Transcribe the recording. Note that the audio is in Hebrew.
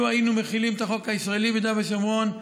לו היינו מחילים את החוק הישראלי ביהודה ושומרון,